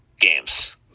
games